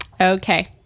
Okay